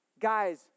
guys